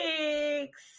six